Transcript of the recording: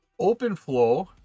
OpenFlow